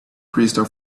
crystal